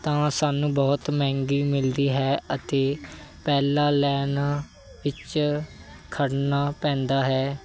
ਤਾਂ ਸਾਨੂੰ ਬਹੁਤ ਮਹਿੰਗੀ ਮਿਲਦੀ ਹੈ ਅਤੇ ਪਹਿਲਾਂ ਲੈਨ ਵਿੱਚ ਖੜ੍ਹਨਾ ਪੈਂਦਾ ਹੈ